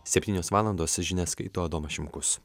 septynios valandos žinias skaito adomas šimkus